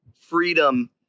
freedom